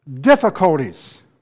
difficulties